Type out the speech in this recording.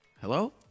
Hello